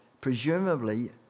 presumably